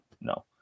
no